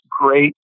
great